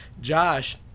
Josh